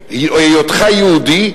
ובין היותך יהודי.